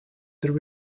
there